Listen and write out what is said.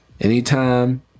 Anytime